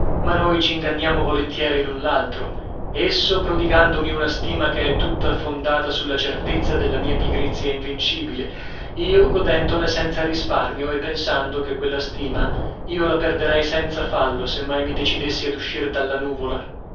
ma noi c'inganniamo volentieri l'un l'altro esso prodigandomi una stima che è tutta fondata sulla certezza della mia pigrizia invincibile io godendone senza risparmio e pensando che quella stima io la perderei senza fallo se mai mi decidessi ad uscir dalla nuvola